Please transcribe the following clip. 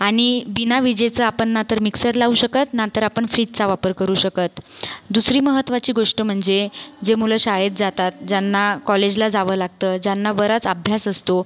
आणि बिनाविजेचा आपण ना तर मिक्सर लावू शकत ना तर आपण फ्रीजचा वापर करू शकत दुसरी महत्त्वाची गोष्ट म्हणजे जे मुलं शाळेत जातात ज्यांना कॉलेजला जावं लागतं ज्यांना बराच अभ्यास असतो